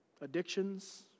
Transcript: addictions